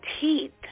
teeth